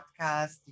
podcast